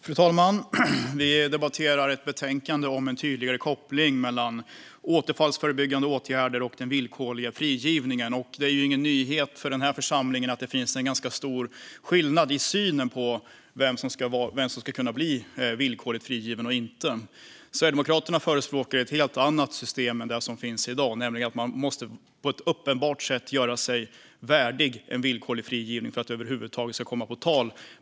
Fru talman! Vi debatterar ett betänkande om en tydligare koppling mellan återfallsförebyggande åtgärder och den villkorliga frigivningen. Det är ingen nyhet för den här församlingen att det bland partierna finns en ganska stor skillnad i synen på vem som ska kunna bli villkorligt frigiven och inte. Sverigedemokraterna förespråkar ett helt annat system än det som finns i dag, nämligen att man på ett uppenbart sätt ska göra sig värdig en villkorlig frigivning för att det över huvud taget ska komma på tal.